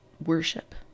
Worship